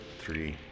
three